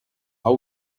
how